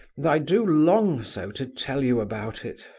and i do long so to tell you about it.